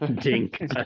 Dink